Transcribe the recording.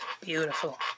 Beautiful